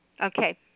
Okay